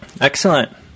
Excellent